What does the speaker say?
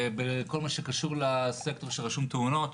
בכל מה שקשור לסקטור שרשום "תאונות"